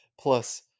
plus